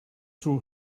threw